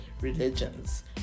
religions